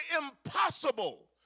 impossible